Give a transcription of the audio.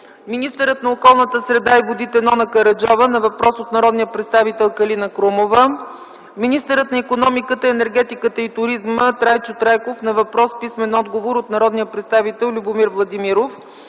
министърът на околната среда и водите Нона Караджова – на въпрос от народния представител Калина Крумова; - министърът на икономиката, енергетиката и туризма Трайчо Трайков – на въпрос с писмен отговор от народния представител Любомир Владимиров.